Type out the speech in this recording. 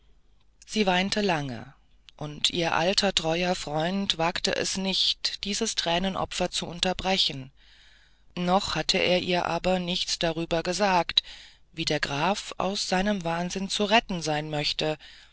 sie weinte lange und ihr alter treuer freund wagte es nicht dieses tränenopfer zu unterbrechen noch hatte er ihr aber nichts darüber gesagt wie der graf aus seinem wahnsinn zu retten sein möchte